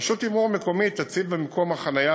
רשות תמרור מקומית תציב במקום החניה